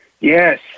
Yes